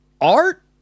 art